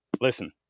listen